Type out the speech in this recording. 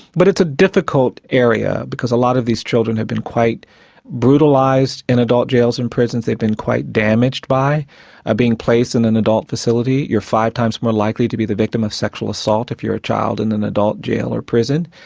but it's a difficult area, because a lot of these children have been quite brutalised in adult jails and prisons they've been quite damaged by ah being placed in an adult facility. you're five times more likely to be the victim of sexual assault if you're a child in an adult jail or prison.